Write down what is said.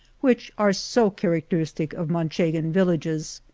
which are so characteristic of manchegan villages.